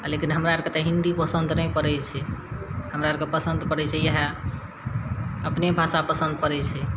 लेकिन हमरा आरके तऽ हिन्दी नहि पड़य छै हमरा आरके पसन्द पड़य छै इएहे अपने भाषा पसन्द पड़य छै